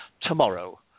tomorrow